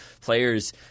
players